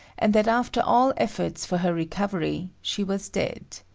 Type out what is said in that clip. and that after all efforts for her recovery, she was dead.